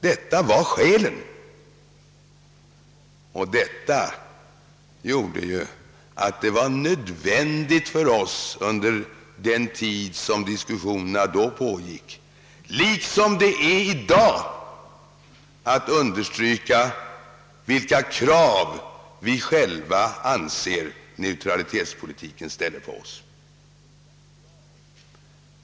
Detta var de skäl som gjorde det nödvändigt för oss att under den tid som diskussionerna pågick, liksom också i dag, understryka vilka krav vi själva anser neutralitetspolitiken ställer på oss.